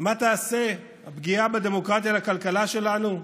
מה תעשה הפגיעה בדמוקרטיה לכלכלה שלנו?